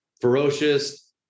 ferocious